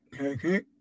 Okay